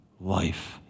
life